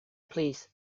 please